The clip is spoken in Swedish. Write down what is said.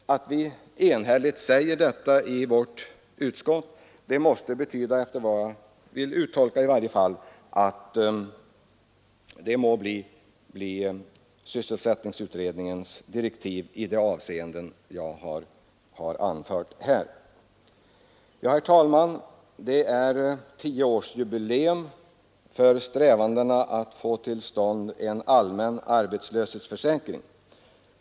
Att vi enhälligt anför detta i vårt utskottsbetänkande måste betyda, enligt den tolkning jag vill göra, att detta må bli sysselsättningsutredningens direktiv i de avseenden jag här har berört. Herr talman! Det är tioårsjubileum för strävandena att få till stånd en allmän arbetslöshetsförsäkring.